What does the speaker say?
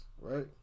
right